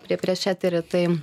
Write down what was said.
prie prieš eterį tai